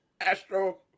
astro